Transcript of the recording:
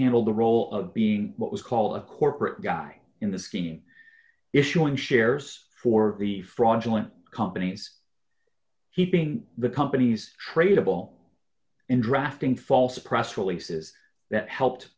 handled the role of being what was called a corporate guy in the scheme issuing shares for the fraudulent companies keeping the company's tradeable and drafting false press releases that helped